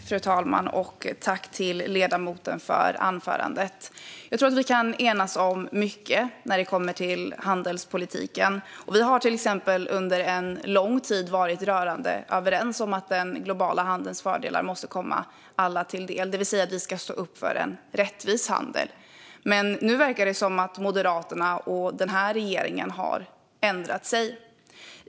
Fru talman! Tack till ledamoten för anförandet! Jag tror att vi kan enas om mycket när det kommer till handelspolitiken. Vi har till exempel under lång tid varit rörande överens om att den globala handelns fördelar måste komma alla till del, det vill säga att vi ska stå upp för en rättvis handel. Nu verkar det dock som om Moderaterna och den här regeringen har ändrat sig.